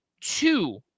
two